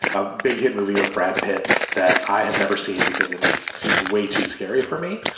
a big hit movie with brad pitt that i have never seen because it is seems way too scary for me.